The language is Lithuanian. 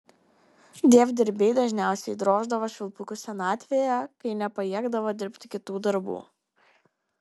dievdirbiai dažniausiai droždavo švilpukus senatvėje kai nepajėgdavo dirbti kitų darbų